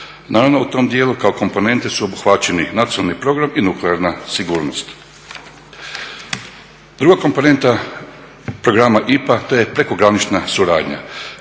Naravno u tom dijelu kao komponente su obuhvaćeni nacionalni program i nuklearna sigurnost. Druga komponenta programa IPA, to je prekogranična suradnja.